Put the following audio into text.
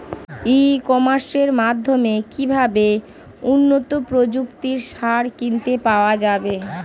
ই কমার্সের মাধ্যমে কিভাবে উন্নত প্রযুক্তির সার কিনতে পাওয়া যাবে?